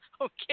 Okay